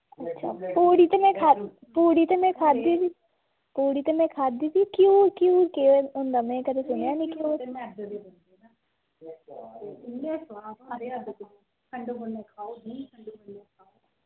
अच्छा पूड़ी ते में खा पूड़ी ते में खाद्धी दी पूड़ी ते में खाद्धी दी घ्यूर घ्यूर केह् होंदा में कदें सुनेआ नी घ्यूर